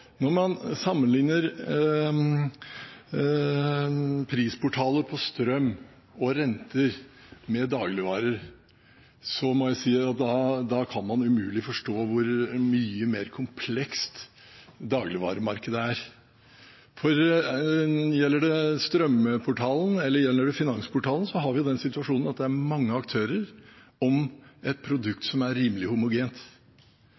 dagligvarer, må jeg si at man umulig kan forstå hvor mye mer komplekst dagligvaremarkedet er. Når det gjelder strømprisportalen eller Finansportalen, har vi den situasjonen at det er mange aktører om et produkt som er rimelig homogent.